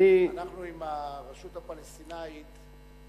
אנחנו עם הרשות הפלסטינית,